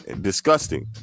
Disgusting